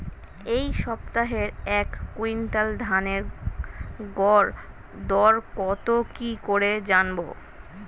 এই সপ্তাহের এক কুইন্টাল ধানের গর দর কত কি করে জানবো?